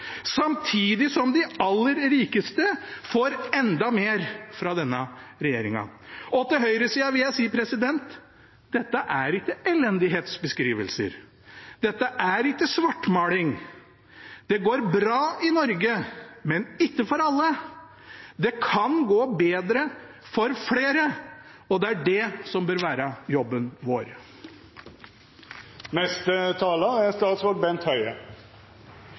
samtidig som de aller rikeste får enda mer fra denne regjeringen. Til høyresiden vil jeg si: Dette er ikke elendighetsbeskrivelser. Dette er ikke svartmaling. Det går bra i Norge, men ikke for alle. Det kan gå bedre for flere, og det er det som bør være jobben vår.